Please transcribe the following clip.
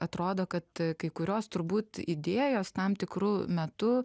atrodo kad kai kurios turbūt idėjos tam tikru metu